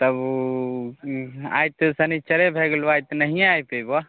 तब आइ तऽ शनिचर भए गेलै आइ तऽ नहिए आबि पएबऽ